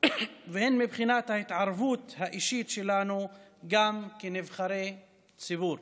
ההתערבות האישית שלנו גם כנבחרי ציבור".